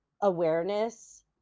awareness